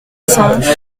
cents